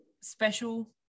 special